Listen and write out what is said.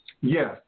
Yes